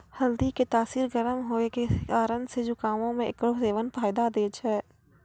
हल्दी के तासीर गरम होय के कारण से जुकामो मे एकरो सेबन फायदा दै छै